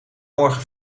morgen